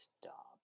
stop